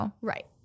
right